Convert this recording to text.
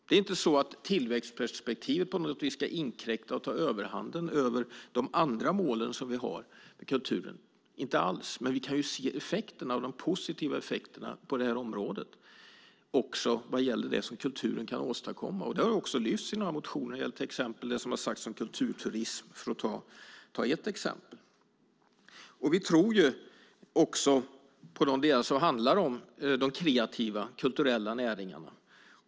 Det är inte så att tillväxtperspektivet på något vis ska inkräkta på och ta överhanden över de andra målen som vi har med kulturen, inte alls, men vi kan ju se de positiva effekterna när det gäller vad kulturen kan åstadkomma. Det har också lyfts upp i några motioner, till exempel det som har sagts om kulturturism. Vi tror också på de delar som handlar om de kreativa kulturella näringarna.